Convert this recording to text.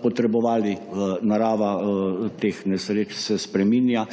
potrebovali, v narava teh nesreč se spreminja,